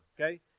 okay